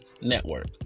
network